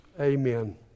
amen